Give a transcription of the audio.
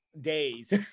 days